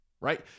right